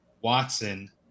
Watson